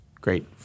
Great